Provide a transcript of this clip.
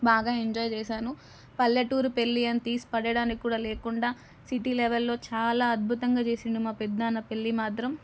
బాగా ఎంజాయ్ చేసాను పల్లెటూరు పెళ్ళి అన్ని తీసిపడేయడానికి కూడా లేకుండా సిటీ లెవెల్లో చాలా అద్భుతంగా చేసాడు మా పెదనాన్న పెళ్ళి మాత్రం